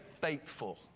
faithful